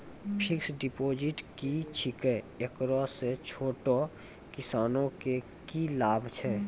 Fixed deposit की छिकै, एकरा से छोटो किसानों के की लाभ छै?